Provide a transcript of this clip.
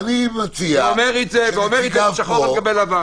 הוא אומר את זה שחור על גבי לבן.